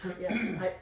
Yes